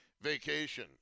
vacation